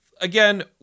again